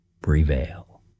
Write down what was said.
prevail